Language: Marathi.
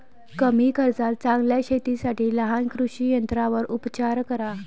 कमी खर्चात चांगल्या शेतीसाठी लहान कृषी यंत्रांवर उपचार करा